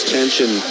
tension